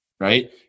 Right